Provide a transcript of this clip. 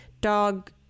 dog